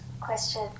question